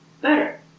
better